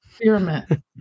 experiment